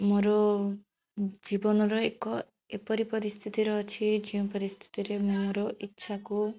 ମୋର ଜୀବନର ଏକ ଏପରି ପରିସ୍ଥିତିରେ ଅଛି ଯେଉଁ ପରିସ୍ଥିତିରେ ମୁଁ ମୋର ଇଚ୍ଛାକୁ